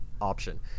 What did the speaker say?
option